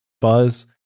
Buzz